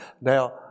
Now